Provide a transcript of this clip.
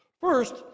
First